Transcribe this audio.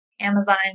Amazon